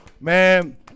man